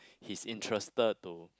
he's interested to